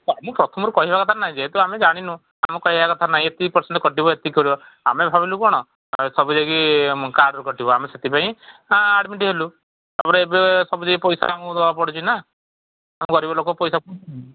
ମୁଁ ପ୍ରଥମରୁ କହିବା କଥା ନହିଁ ଯେହେତୁ ଆମେ ଜାଣିନୁ ଆମ କହିବା କଥା ନହିଁ ଏତିକ ପରସେଣ୍ଟ କଟିବ ଏତିକିର ଆମେ ଭାବିଲୁ କ'ଣ ସବୁ ଯାଇକି କାର୍ଡ଼ରୁ କଟିବ ଆମେ ସେଥିପାଇଁ ଆଡ଼ମିଟ ହେଲୁ ତା'ପରେ ଏବେ ସବୁ ଯାଇକି ପଇସା ଆମକୁ ଦବାକୁ ପଡ଼ୁଛି ନା ଗରିବ ଲୋକ ପଇସା